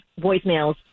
voicemails